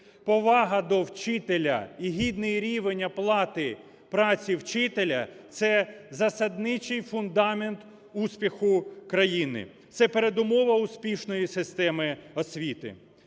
Повага до вчителя і гідний рівень оплати праці вчителя – це засадничий фундамент успіху країни, це передумова успішної системи освіти.